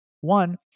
One